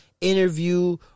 interview